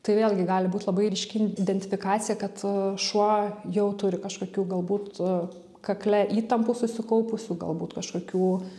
tai vėlgi gali būt labai ryški identifikacija kad šuo jau turi kažkokių galbūt kakle įtampų susikaupusių galbūt kažkokių